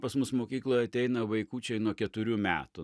pas mus mokykloj ateina vaikučiai nuo keturių metų